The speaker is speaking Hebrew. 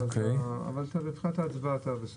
מבחינת ההצבעה, אתה